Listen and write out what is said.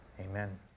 Amen